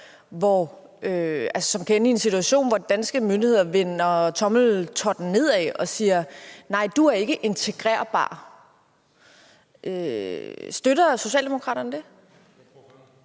som kan ende i en situation, hvor danske myndigheder vender tommeltotten nedad og siger: Nej, du er ikke integrerbar. Støtter Socialdemokraterne det?